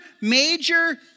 major